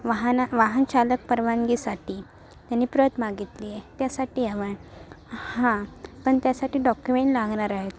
वाहना वाहन चालक परवानगीसाठी त्यांनी प्रत मागितली आहे त्यासाठी हवा आहे हां पण त्यासाठी डॉक्युमेंट लागणार आहेत